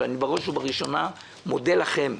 אבל בראש ובראשונה אני מודה לכם,